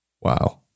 Wow